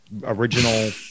original